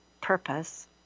purpose